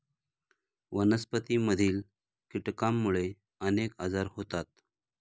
वनस्पतींमधील कीटकांमुळे अनेक आजार होतात